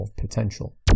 potential